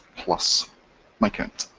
plus my count.